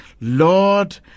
Lord